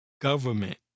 government